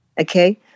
okay